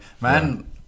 man